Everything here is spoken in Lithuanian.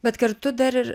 bet kartu dar ir